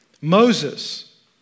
Moses